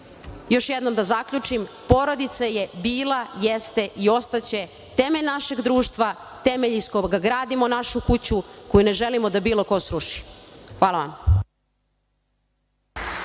još jednom da zaključim – porodica je bila, jeste i ostaće temelj našeg društva, temelj iz koga gradimo našu kuću, koju ne želim da bilo ko sruši. Hvala vam.